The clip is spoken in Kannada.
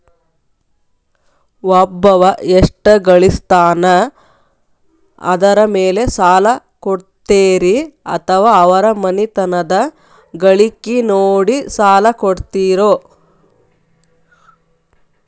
ಒಬ್ಬವ ಎಷ್ಟ ಗಳಿಸ್ತಾನ ಅದರ ಮೇಲೆ ಸಾಲ ಕೊಡ್ತೇರಿ ಅಥವಾ ಅವರ ಮನಿತನದ ಗಳಿಕಿ ನೋಡಿ ಸಾಲ ಕೊಡ್ತಿರೋ?